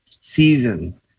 season